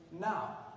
now